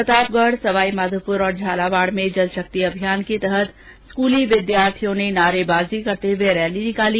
प्रतापगढ़ सवाईमाधोपुर और झालावाड में जल शक्ति अभियान के तहत स्कूली विद्यार्थियों ने नारेबाजी करते हुए रैली निकाली